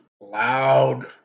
loud